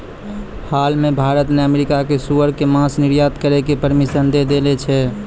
हाल मॅ भारत न अमेरिका कॅ सूअर के मांस निर्यात करै के परमिशन दै देने छै